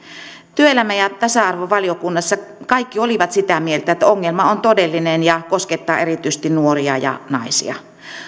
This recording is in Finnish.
työelämä ja tasa arvovaliokunnassa kaikki olivat sitä mieltä että ongelma on todellinen ja koskettaa erityisesti nuoria ja naisia